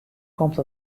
komt